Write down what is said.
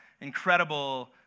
incredible